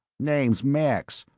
name's max.